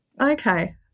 Okay